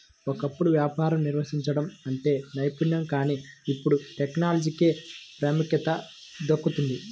ఒకప్పుడు వ్యాపారం నిర్వహించడం అంటే నైపుణ్యం కానీ ఇప్పుడు టెక్నాలజీకే ప్రాముఖ్యత దక్కుతోంది